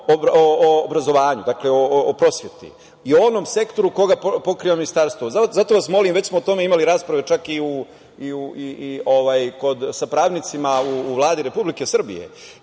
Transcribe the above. o obrazovanju, dakle o prosveti i o onom sektoru koji pokriva ministarstvo. Zato vas molim, već smo o tome imali rasprave čak i sa pravnicima u Vladi Republike Srbije